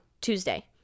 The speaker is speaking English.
Tuesday